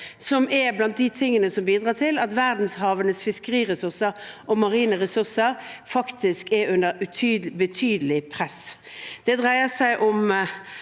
som er blant de tingene som bidrar til at verdenshavenes fiskeriressurser og marine ressurser faktisk er under betydelig press. Det dreier seg om